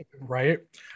Right